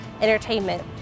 entertainment